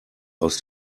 aus